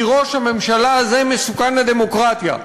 כי ראש הממשלה הזה מסוכן לדמוקרטיה.